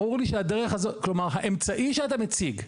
ברור לי שהאמצעי שאתה מציג,